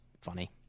funny